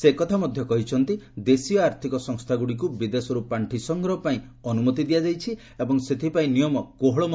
ସେ ଏକଥା ମଧ୍ୟ କହିଛନ୍ତି ଦେଶୀୟ ଆର୍ଥକ ସଂସ୍ଥାଗୁଡ଼ିକୁ ବିଦେଶରୁ ପାଣ୍ଡି ସଂଗ୍ରହ ପାଇଁ ଅନୁମତି ଦିଆଯାଇଛି ଏବଂ ସେଥିପାଇଁ ନିୟମ କୋହଳ ମଧ୍ୟ କରାଯାଇଛି